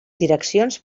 direccions